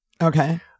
Okay